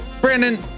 Brandon